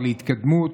להתקדמות.